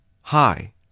Hi